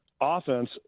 offense